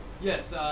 Yes